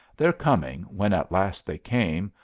their coming, when at last they came,